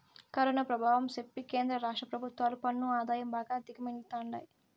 corona పెభావం సెప్పి కేంద్ర రాష్ట్ర పెభుత్వాలు పన్ను ఆదాయం బాగా దిగమింగతండాయి